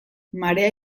marea